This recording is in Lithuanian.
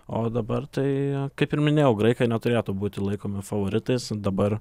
o dabar tai kaip ir minėjau graikai neturėtų būti laikomi favoritais dabar